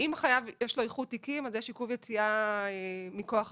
אם לחייב יש איחוד תיקים אז יש עיכוב יציאה מכוח החוק.